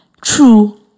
true